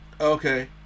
Okay